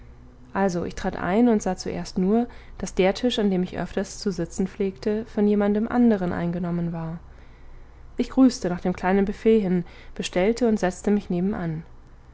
also ich trat ein und sah zuerst nur daß der tisch an dem ich öfters zu sitzen pflegte von jemandem anderen eingenommen war ich grüßte nach dem kleinen buffet hin bestellte und setzte mich nebenan